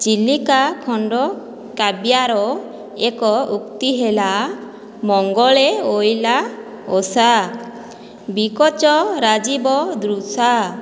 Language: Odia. ଚିଲିକା ଖଣ୍ଡକାବ୍ୟର ଏକ ଉକ୍ତି ହେଲା ମଙ୍ଗଳେ ଅଇଲା ଉଷା ବିକଚ ରାଜୀବ ଦୃଶା